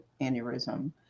aneurysm